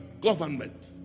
government